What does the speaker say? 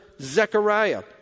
Zechariah